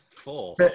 Four